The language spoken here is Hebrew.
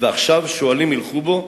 ועכשיו שועלים ילכו בו,